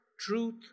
truth